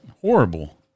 horrible